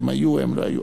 הן היו או הן לא היו,